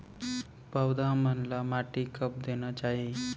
पौधा मन ला माटी कब देना चाही?